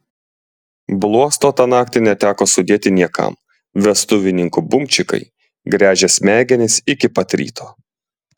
bluosto tą naktį neteko sudėti niekam vestuvininkų bumčikai gręžė smegenis iki pat ryto